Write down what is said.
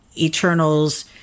Eternals